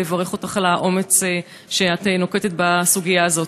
לברך אותך על האומץ שאת נוקטת בסוגיה הזאת.